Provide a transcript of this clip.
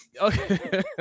Okay